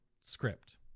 script